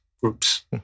groups